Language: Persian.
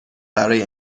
برای